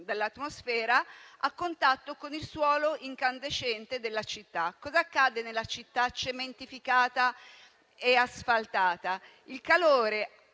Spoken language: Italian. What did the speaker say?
dall'atmosfera con il suolo incandescente della città. Cosa accade nella città cementificata e asfaltata? Il calore